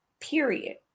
period